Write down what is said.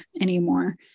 anymore